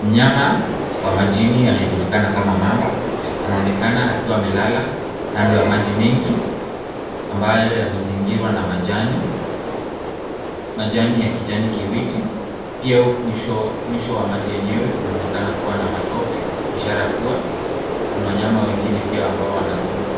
Mnyama wa majini anayejulikana kama mamba anaonekana akiwa amelala kando ya maji mengi ambayo yamezingirwa na majani ya kijani kibichi. Pia mwisho wa maji yenyewe kunaonekana kuwa na matope, ishara kuwa kuna wanyama wengine pia ambao wanazuru